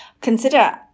consider